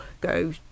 go